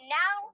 now